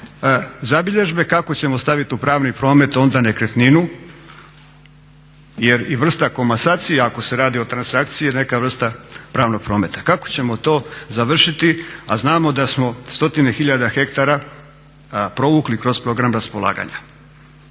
zabilježbe kako ćemo staviti u pravni promet onda nekretninu jer i vrsta komasacije ako se radi o transakciji je neka vrsta pravnog prometa. Kako ćemo to završiti, a znamo da smo stotine tisuća hektara provukli kroz program raspolaganja.